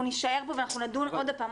אנחנו נישאר פה ואנחנו נדון עוד הפעם,